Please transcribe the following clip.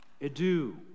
adieu